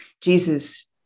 Jesus